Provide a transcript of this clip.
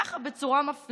ככה, בצורה מפליאה.